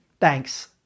Thanks